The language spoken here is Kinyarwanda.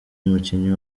umukinnyi